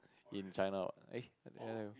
in China what eh